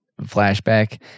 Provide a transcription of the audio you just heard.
flashback